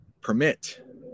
permit